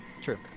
True